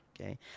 okay